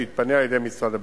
שיתפנה על-ידי משרד הביטחון.